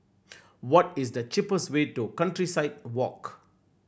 what is the cheapest way to Countryside Walk